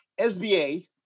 SBA